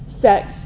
sex